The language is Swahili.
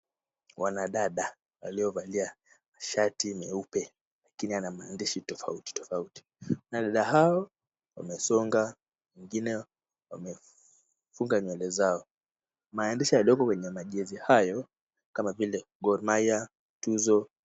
Wanadada waliovalia shati nyeupe lakini yana maandishi tofauti tofauti. Wanadada hawa wamesonga wengine wamefunga nywele zao. Maandishi yaliyoko kwenye majezi hayo ni kama vile Gor Mahia, Tuzo.